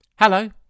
Hello